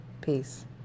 Peace